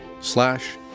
slash